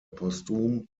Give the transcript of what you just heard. postum